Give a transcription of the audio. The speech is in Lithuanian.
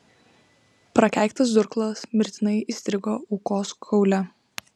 prakeiktas durklas mirtinai įstrigo aukos kaule